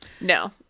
No